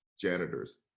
janitors